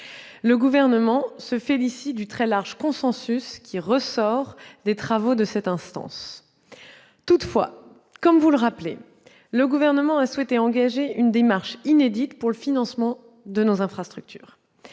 Le Gouvernement se félicite du très large consensus qui ressort des travaux de cette instance. Toutefois, comme vous le rappelez, le Gouvernement a souhaité engager une démarche inédite pour le financement de nos infrastructures.